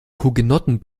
hugenotten